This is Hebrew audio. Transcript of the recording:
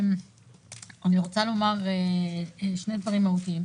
אני רוצה לומר שני דברים מהותיים.